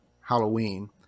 Halloween